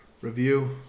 review